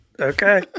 Okay